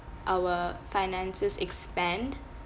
our finances expand